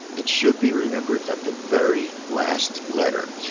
it should be remembered that the very last letter,